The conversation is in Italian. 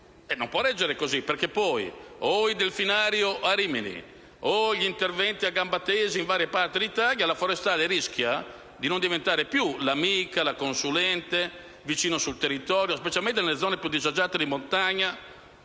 in questo modo, o per il delfinario a Rimini o per interventi a gamba tesa in varie parti d'Italia, la Forestale rischia di non essere più l'amica, la consulente sul territorio, specialmente nelle zone più disagiate di montagna,